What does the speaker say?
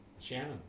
Shannon